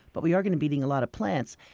but we are going to be eating a lot of plants.